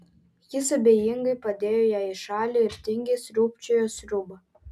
jis abejingai padėjo ją į šalį ir tingiai sriūbčiojo sriubą